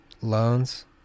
loans